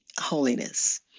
holiness